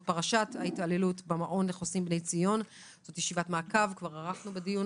פרשת ההתעללות במעון לחוסים "בני ציון" זו ישיבת מעקב לדיון